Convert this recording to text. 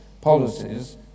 policies